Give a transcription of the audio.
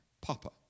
Papa